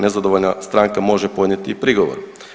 Nezadovoljna stranka može podnijeti i prigovor.